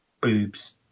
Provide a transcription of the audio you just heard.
boobs